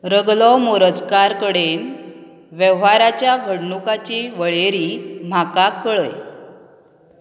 रगलो मोरजकार कडेन वेव्हाराच्या घडणुकांची वळेरी म्हाका कळय